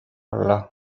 olla